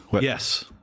Yes